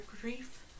grief